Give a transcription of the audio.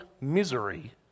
misery